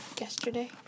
yesterday